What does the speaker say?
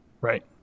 right